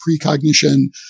precognition